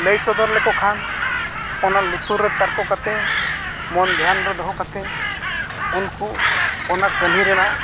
ᱞᱟᱹᱭ ᱥᱚᱫᱚᱨ ᱞᱮᱠᱚ ᱠᱷᱟᱱ ᱚᱱᱟ ᱞᱩᱛᱩᱨ ᱨᱮ ᱛᱟᱨᱠᱳ ᱠᱟᱛᱮᱫ ᱢᱚᱱ ᱫᱷᱮᱭᱟᱱ ᱨᱮ ᱫᱚᱦᱚ ᱠᱟᱛᱮᱫ ᱩᱱᱠᱩ ᱚᱱᱟ ᱠᱟᱹᱦᱱᱤ ᱨᱮᱱᱟᱜ